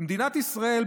במדינת ישראל,